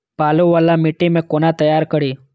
बालू वाला मिट्टी के कोना तैयार करी?